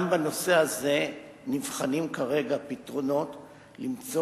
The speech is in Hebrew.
גם בנושא הזה נבחנים כרגע פתרונות למצוא